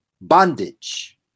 bondage